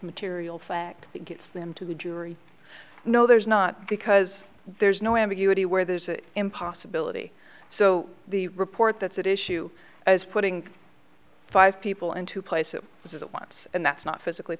material fact that gets them to the jury no there's not because there's no ambiguity where there's an impossibility so the report that's at issue is putting five people into place that this is a once and that's not physically